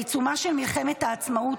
בעיצומה של מלחמת העצמאות,